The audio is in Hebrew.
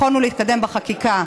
ויכולנו להתקדם בחקיקה.